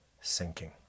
sinking